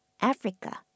Africa